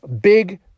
big